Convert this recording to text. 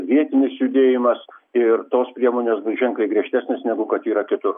vietinis judėjimas ir tos priemonės ženkliai griežtesnės negu kad yra kitur